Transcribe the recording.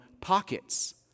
pockets